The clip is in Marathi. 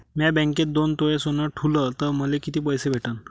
म्या बँकेत दोन तोळे सोनं ठुलं तर मले किती पैसे भेटन